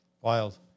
Wild